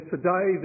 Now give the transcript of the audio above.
Today